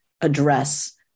address